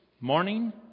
morning